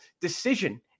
decision